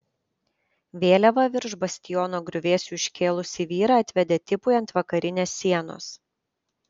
vėliavą virš bastiono griuvėsių iškėlusį vyrą atvedė tipui ant vakarinės sienos